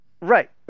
Right